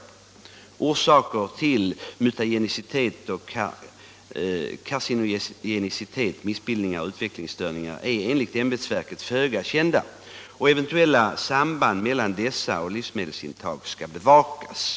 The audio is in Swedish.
Nr 32 Orsaker till mutagenicitet och carcinogenicitet, missbildningar och ut Onsdagen den vecklingsstörningar är enligt ämbetsverket föga kända och eventuella 24 november 1976 samband mellan dessa och livsmedelsintag skall bevakas.